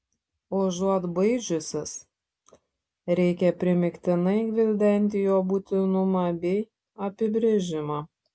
užuot baidžiusis reikia primygtinai gvildenti jo būtinumą bei apibrėžimą